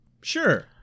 sure